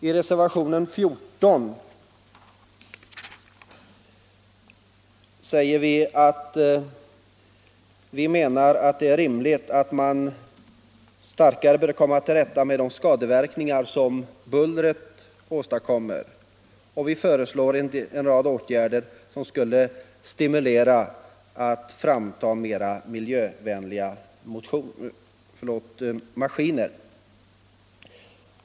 I reservationen 14 säger vi att förstärkta insatser bör övervägas för att man skall komma till rätta med de skadeverkningar som bullret åstadkommer. Vi föreslår en rad åtgärder som skulle stimulera framtagandet av mer miljövänliga maskiner.